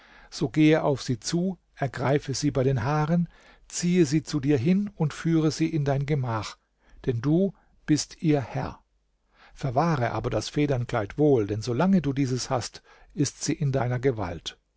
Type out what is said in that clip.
so gehe auf sie zu ergreife sie bei den haaren ziehe sie zu dir hin und führe sie in dein gemach denn du bist ihr herr verwahre aber das federnkleid wohl denn solange du dieses hast ist sie in deiner gewalt